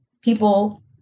people